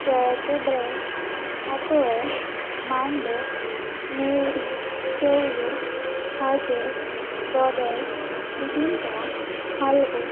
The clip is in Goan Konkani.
केळ्याचो ब्रेड पातोळे मांडो नेवरी शेवयो खाजें दोदेल बिबिंका हालवो